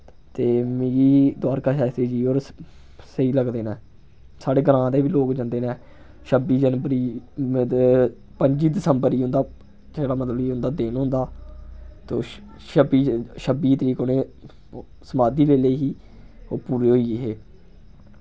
ते मिगी द्वारका शास्तरी जी होर स्हेई लगदे न साढ़े ग्रांऽ दे बी लोग जन्दे न छब्बी जनबरी मत पंजी दिसम्बर गी उं'दा जेह्ड़ा मतलब कि उं'दा दिन होंदा तो छ छब्बी छब्बी तरीक उ'नें समाधी ले लेई ही ओह् पूरे होई गे हे